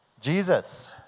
Jesus